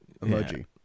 emoji